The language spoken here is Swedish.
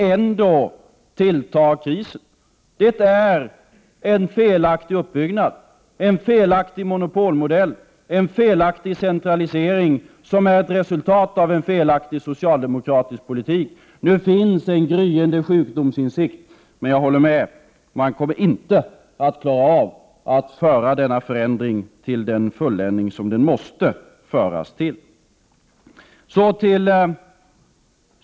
Ändå tilltar krisen! Det är en felaktig uppbyggnad, en felaktig monopolmodell, en felaktig centralisering, som är ett resultat av en felaktig socialdemokratisk politik. Nu finns en gryende sjukdomsinsikt, men jag håller med om att man inte kommer att klara av att föra denna förändring till den fulländning som den måste föras till.